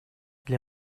для